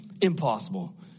impossible